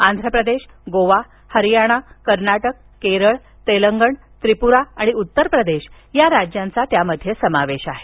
आंध्र प्रदेश गोवा हरियाना कर्नाटक केरळ तेलंगण त्रिपुरा आणि उत्तर प्रदेश या राज्यांचा त्यामध्ये समावेश आहे